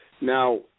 Now